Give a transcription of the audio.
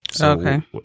Okay